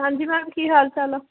ਹਾਂਜੀ ਮੈਮ ਕੀ ਹਾਲ ਚਾਲ ਆ